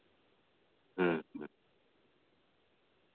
ᱦᱮᱸ ᱦᱮᱸ